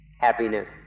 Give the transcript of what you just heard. happiness